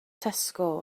tesco